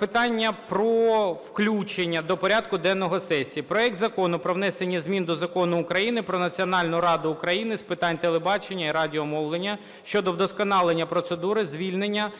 питання про включення до порядку денного сесії. Проект Закону про внесення змін до Закону України "Про Національну раду України з питань телебачення і радіомовлення" щодо вдосконалення процедури звільнення